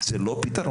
זה לא פתרון,